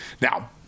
Now